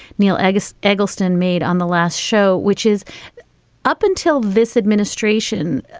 neil agassi eggleston made on the last show, which is up until this administration.